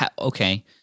okay